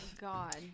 God